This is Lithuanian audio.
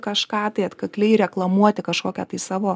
kažką tai atkakliai reklamuoti kažkokią tai savo